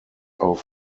auf